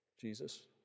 Jesus